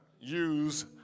use